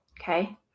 Okay